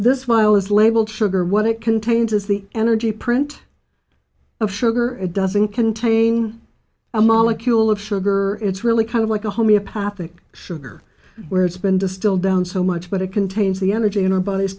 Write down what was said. while is labeled sugar what it contains is the energy print of sugar it doesn't contain a molecule of sugar it's really kind of like a homeopathic sugar where it's been distilled down so much but it contains the energy in our bodies